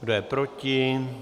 Kdo je proti?